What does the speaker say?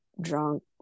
drunk